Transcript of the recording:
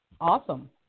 Awesome